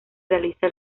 realiza